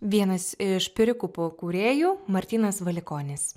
vienas iš pirikūpų kūrėjų martynas valikonis